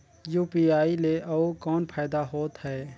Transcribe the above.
UPI ले अउ कौन फायदा होथ है?